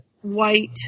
white